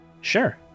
Sure